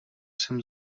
jsem